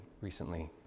recently